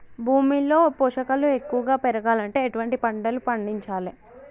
భూమిలో పోషకాలు ఎక్కువగా పెరగాలంటే ఎటువంటి పంటలు పండించాలే?